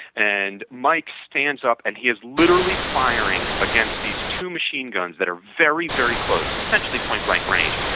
and mike stands up and he is literally firing against these two machine guns that are very, very close, essentially point-blank range.